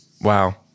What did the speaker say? Wow